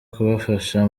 kubafasha